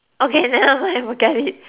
okay nevermind forget it